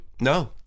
No